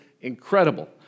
incredible